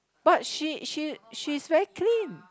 but she she she's very clean